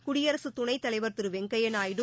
குடியரசு துணைத்தலைவா் திரு வெங்கையா நாயுடு